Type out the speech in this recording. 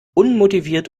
unmotiviert